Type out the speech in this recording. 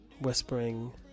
whispering